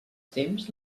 temps